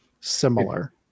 similar